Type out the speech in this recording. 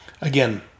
again